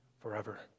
forever